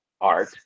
art